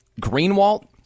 Greenwald